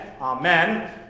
amen